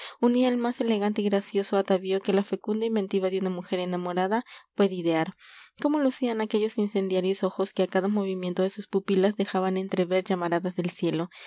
unía el más elegante y gracioso atavío que la fecunda inventiva de una mujer enamorada puede idear cómo lucían aquellos incendiarios ojos que a cada movimiento de sus pupilas dejaban entrever llamaradas del cielo